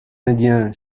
indien